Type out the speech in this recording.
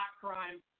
crime